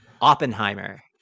Oppenheimer